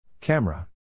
Camera